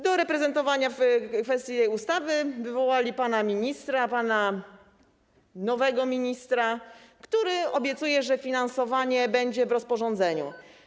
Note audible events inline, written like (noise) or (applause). Do reprezentowania w kwestii tej ustawy wywołali pana ministra, pana nowego ministra, który (noise) obiecuje, że finansowanie będzie w rozporządzeniu.